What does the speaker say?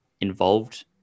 involved